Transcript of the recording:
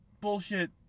bullshit